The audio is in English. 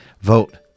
Vote